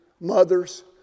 mothers